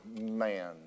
man